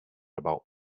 about